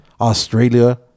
Australia